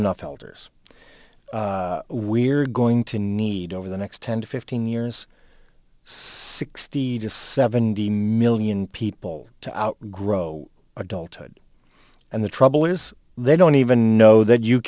enough elders we're going to need over the next ten to fifteen years sixty to seventy million people to grow adulthood and the trouble is they don't even know that you